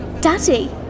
Daddy